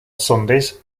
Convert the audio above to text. sundays